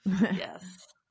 Yes